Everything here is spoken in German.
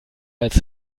als